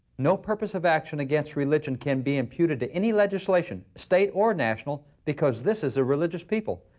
no purpose of action against religion can be imputed to any legislation, state or national, because this is a religious people.